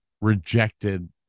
rejected